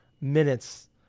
minutes